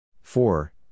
Four